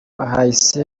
hahise